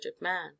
man